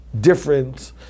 different